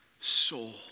soul